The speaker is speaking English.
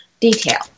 detail